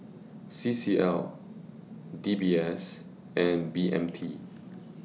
C C L D B S and B M T